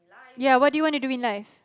ya what do you want to do in life